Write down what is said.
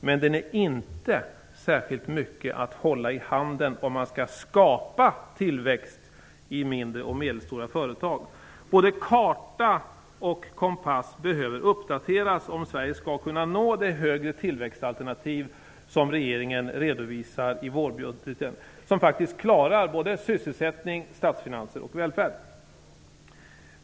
Men den är inte särskilt mycket att hålla i handen om man skall skapa tillväxt i mindre och medelstora företag. Både karta och kompass behöver uppdateras om Sverige skall kunna nå det högre tillväxtalternativ som regeringen redovisar i vårbudgeten och som klarar sysselsättning, statsfinanser och välfärd.